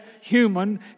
human